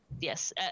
yes